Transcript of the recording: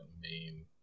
main